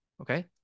okay